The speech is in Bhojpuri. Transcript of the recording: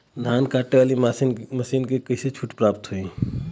धान कांटेवाली मासिन के छूट कईसे पास होला?